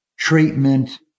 treatment